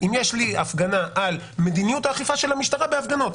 אם יש לי הפגנה על מדיניות האכיפה של המשטרה בהפגנות.